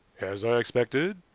as i expected,